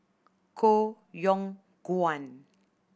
Koh Yong Guan